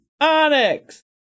Onyx